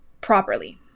properly